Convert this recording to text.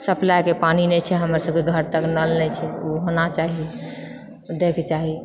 supply के पानी नै छै हमरा सबकऽ घर तक नल नै छै ऊ होना चाही दैके चाही